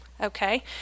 Okay